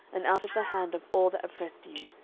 and out of the hand of all that oppressed you,